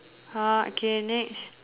ah okay next